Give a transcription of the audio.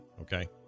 okay